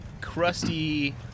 crusty